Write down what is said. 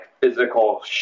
physical